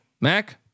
Mac